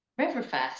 Riverfest